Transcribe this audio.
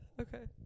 Okay